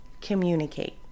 communicate